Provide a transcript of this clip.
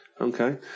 Okay